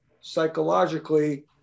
psychologically